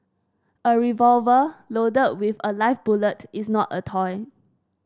a revolver loaded with a live bullet is not a toy